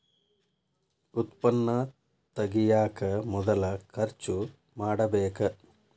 ಉತ್ಪನ್ನಾ ತಗಿಯಾಕ ಮೊದಲ ಖರ್ಚು ಮಾಡಬೇಕ